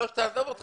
עזוב.